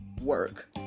work